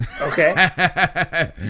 Okay